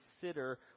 consider